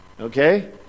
Okay